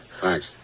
Thanks